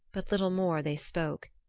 but little more they spoke.